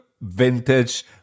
vintage